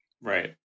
right